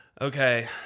okay